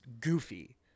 goofy